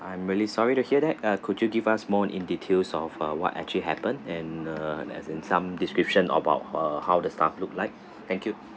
I'm really sorry to hear that uh could you give us more in details of uh what actually happened and uh and as in some description about uh how the staff look like thank you